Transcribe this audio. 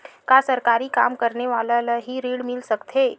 का सरकारी काम करने वाले ल हि ऋण मिल सकथे?